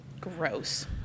gross